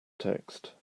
text